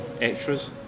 Extras